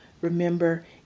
remember